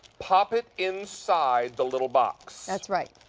pop it inside the little box. that's right.